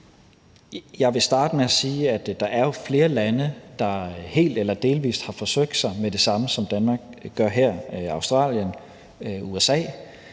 Jeg vil starte med at sige, at der jo er flere lande, der helt eller delvis har forsøgt sig med det samme, som Danmark gør her: Australien, USA.